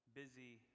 busy